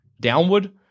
downward